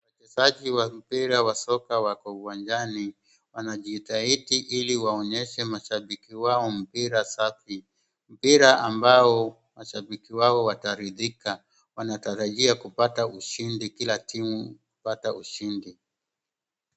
Wachezaji wa mpira wa soka wako uwanjani wanajitahidi ili waonyeshe washabiki wao mpira safi. Mpira ambao mashabiki wao wataridhika Wanatarajia kupata ushindi kila timu kupata ushindi.